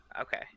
Okay